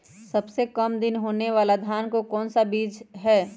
सबसे काम दिन होने वाला धान का कौन सा बीज हैँ?